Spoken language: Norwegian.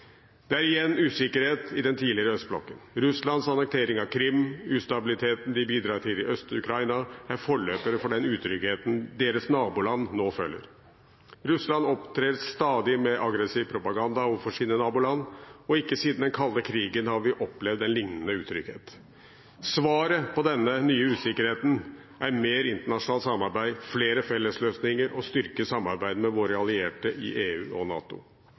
Det er igjen usikkerhet i den tidligere østblokken. Russlands annektering av Krim og ustabiliteten de bidrar til i Øst-Ukraina, er forløpere for den utryggheten deres naboland nå føler. Russland opptrer stadig med aggressiv propaganda overfor sine naboland. Ikke siden den kalde krigen har vi opplevd en lignende utrygghet. Svaret på denne nye usikkerheten er mer internasjonalt samarbeid, flere fellesløsninger og å styrke samarbeidet med våre allierte i EU og NATO.